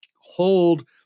hold